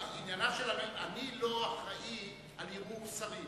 אני לא אחראי לערעור שרים.